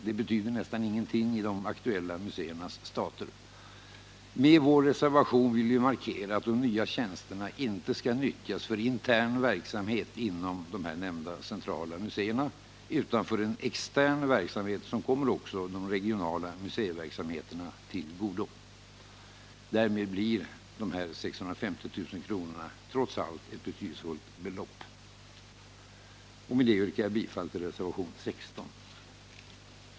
Det betyder nästan ingenting i de aktuella muséernas stater. Med vår reservation vill vi markera att de nya tjänsterna inte skall nyttjas för intern verksamhet inom de nämnda centrala muséerna utan för en extern verksamhet som också kommer den regionala museiverksamheten till godo. Därmed blir 650 000 kr. trots allt ett betydelsefullt belopp. Med detta yrkar jag bifall till reservationen 16.